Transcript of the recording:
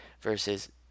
versus